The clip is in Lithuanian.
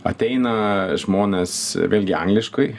ateina žmonės vėlgi angliškai